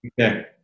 okay